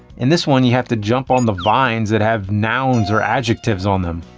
in this one, you have to jump on the vines that have nouns or adjectives on them.